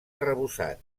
arrebossat